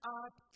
up